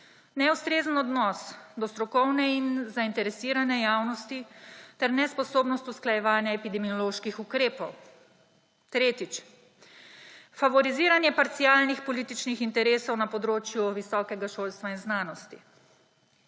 neustrezen odnos do strokovne in zainteresirane javnosti ter nesposobnost usklajevanja epidemioloških ukrepov. Tretjič: favoriziranje parcialnih političnih interesov na področju visokega šolstva in znanosti.